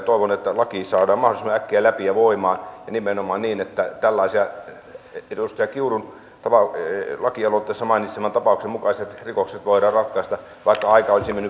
toivon että laki saadaan mahdollisimman äkkiä läpi ja voimaan ja nimenomaan niin että tällaiset edustaja kiurun lakialoitteessa mainitseman tapauksen mukaiset rikokset voidaan ratkaista vaikka aikaa olisi mennyt vähän enemmänkin